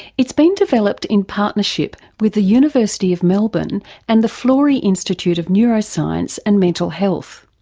it's been developed in partnership with the university of melbourne and the florey institute of neuroscience and mental health.